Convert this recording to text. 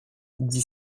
dit